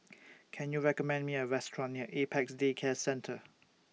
Can YOU recommend Me A Restaurant near Apex Day Care Centre